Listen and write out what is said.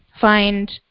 find